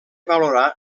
valorar